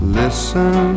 listen